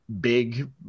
big